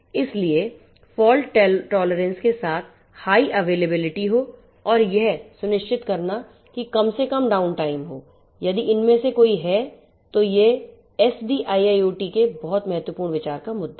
इसलिए fault tolerance के साथ हाई अवेलेबिलिटी हो और यह सुनिश्चित करना कि कम से कम डाउन टाइम हो यदि इनमें से कोई है तो ये SDIIoT के बहुत महत्वपूर्ण विचार का मुद्दा है